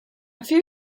few